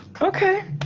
Okay